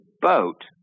boat